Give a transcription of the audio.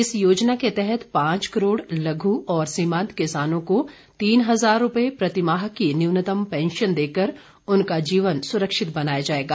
इस योजना के तहत पांच करोड़ लघु और सीमान्त किसानों को तीन हजार रूपये प्रतिमाह की न्यूनतम पैंशन देकर उनका जीवन सुरक्षित बनाया जायेगा